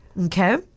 Okay